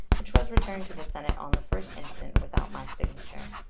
which was returned to the senate on the first instant without my signature.